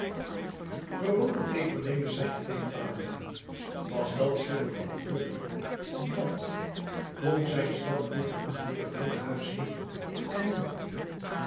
verwonderd keek cornelis zijnen pleegvader na was dàt schipper van keulen dàt klonk zijn stap vroeger niet door het heele huis heen en nu